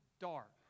dark